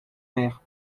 maires